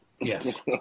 Yes